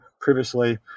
previously